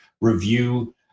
review